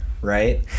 right